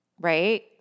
right